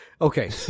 Okay